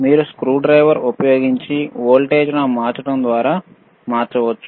మీరు స్క్రూడ్రైవర్ ఉపయోగించి voltage knob మార్చడం ద్వారా మార్చవచ్చు